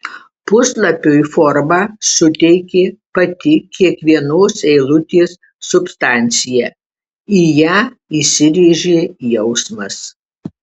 puslapiui formą suteikė pati kiekvienos eilutės substancija į ją įsirėžė jausmas